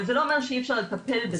אבל זה לא אומר שאי-אפשר לטפל בזה.